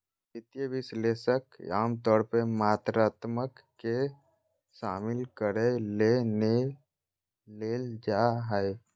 वित्तीय विश्लेषक आमतौर पर मात्रात्मक के शामिल करय ले नै लेल जा हइ